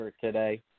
today